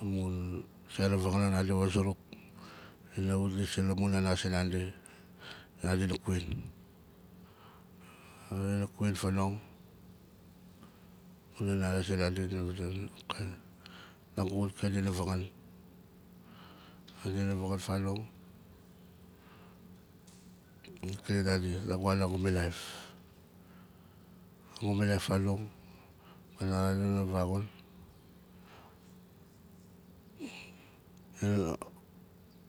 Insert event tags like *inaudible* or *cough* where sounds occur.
Amun zera vavangaan nadi wa zuruk dina wut lis sinamun nana zinandi nadi na kwin kwin fanong *unintelligible* nagu wat ka dina vangaan madina vangaan fanong dina kling nandi nagu wan nagu milaif nagu milaif fanong *unintelligible* dina